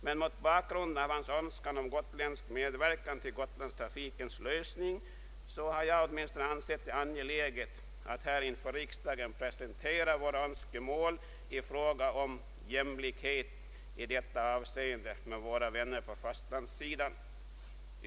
Men mot bakgrunden av hans önskan om got ländsk medverkan till lösningen av frågan om Gotlandstrafiken har vi ansett det angeläget att här inför riksdagen presentera våra önskemål i fråga om jämlikhet i detta avseende med våra vänner på fastlandssidan.